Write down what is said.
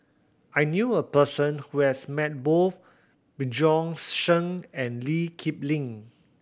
I knew a person who has met both Bjorn Shen and Lee Kip Lin